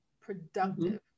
productive